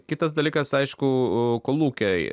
kitas dalykas aišku o kolūkiai